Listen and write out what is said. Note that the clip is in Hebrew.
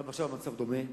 גם עכשיו המצב דומה,